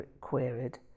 queried